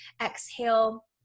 exhale